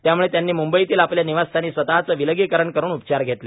त्यामूळे त्यांनी मुंबईतील आपल्या निवासस्थानी स्वतचे विलगीकरण करून उपचार घेतले